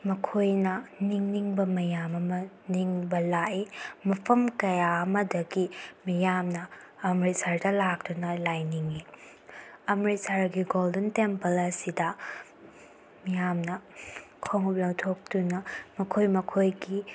ꯃꯈꯣꯏꯅ ꯅꯤꯡꯅꯤꯡꯕ ꯃꯌꯥꯝ ꯑꯃ ꯅꯤꯡꯕ ꯂꯥꯛꯏ ꯃꯐꯝ ꯀꯌꯥ ꯑꯃꯗꯒꯤ ꯃꯤꯌꯥꯝꯅ ꯑꯃ꯭ꯔꯤꯠꯁꯔꯗ ꯂꯥꯛꯇꯨꯅ ꯂꯥꯏ ꯅꯤꯡꯏ ꯑꯃ꯭ꯔꯤꯠꯁꯔꯒꯤ ꯒꯣꯜꯗꯦꯟ ꯇꯦꯝꯄꯜ ꯑꯁꯤꯗ ꯃꯤꯌꯥꯝꯅ ꯈꯣꯡꯎꯞ ꯂꯧꯊꯣꯛꯇꯨꯅ ꯃꯈꯣꯏ ꯃꯈꯣꯏꯒꯤ